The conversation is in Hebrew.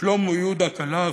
שלמה יהודה-כלף,